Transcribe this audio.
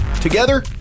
Together